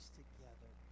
together